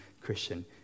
Christian